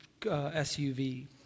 SUV